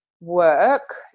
work